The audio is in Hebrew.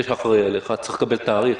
צריך לקבל תאריך.